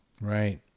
Right